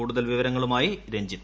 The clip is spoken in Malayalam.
കൂടുതൽ വിവരങ്ങളുമായി രഞ്ജിത്